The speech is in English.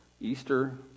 Easter